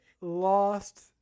lost